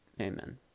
amen